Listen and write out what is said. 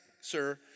sir